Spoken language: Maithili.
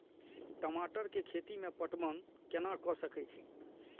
टमाटर कै खैती में पटवन कैना क सके छी?